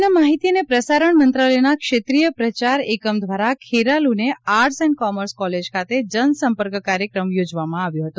કેન્દ્રના માહિતી અને પ્રસારણ મંત્રાલયના ક્ષેત્રીય પ્રચાર એકમ દ્વારા ખેરાલુને આર્ટસ એન્ડ કોર્મસ કોલેજ ખાતે જનસંપર્ક કાર્યક્રમ યોજવામાં આવ્યો હતો